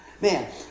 Man